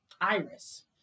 Iris